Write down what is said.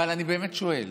אני באמת שואל: